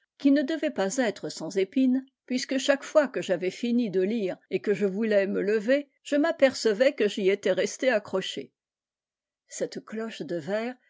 qui ne devaient pas être sans épines puisque chaque fois que j'avais fini de lire et que je voulais me lever je m'apercevais que j'y étais resté accroché cette cloche de verre